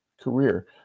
career